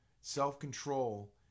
Self-control